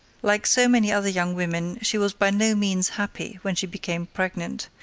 like so many other young women, she was by no means happy when she became pregnant,